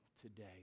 today